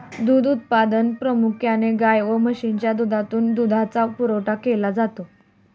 दूध उत्पादनात प्रामुख्याने गाय व म्हशीच्या दुधातून दुधाचा पुरवठा केला जातो